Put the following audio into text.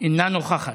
אינה נוכחת.